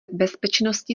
bezpečnosti